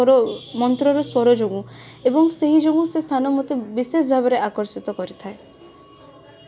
ତାଙ୍କ ଛଡ଼ା ଏଇ ସେତୁ କେହି ଓ କେବେ ଏ କରି ହେଇନଥାନ୍ତା